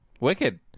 Wicked